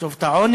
לקצוב את העונש,